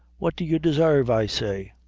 what do you desarve, i say?